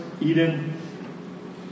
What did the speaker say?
Eden